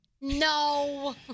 No